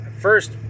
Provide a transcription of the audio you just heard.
first